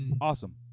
Awesome